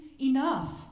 Enough